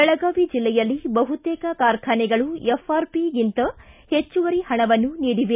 ಬೆಳಗಾವಿ ಜಿಲ್ಲೆಯಲ್ಲಿ ಬಹುತೇಕ ಕಾರ್ಖಾನೆಗಳು ಎಫ್ಆರ್ಪಿಕ್ಕಿಂತ ಹೆಚ್ಚುವರಿ ಹಣವನ್ನು ನೀಡಿವೆ